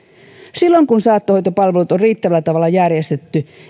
silloin kun saattohoitopalvelut on riittävällä tavalla järjestetty